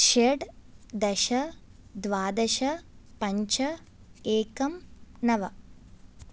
षड् दश द्वादश पञ्च एकम् नव